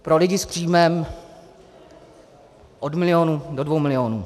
Pro lidi s příjmem od milionu do dvou milionů.